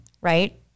right